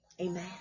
Amen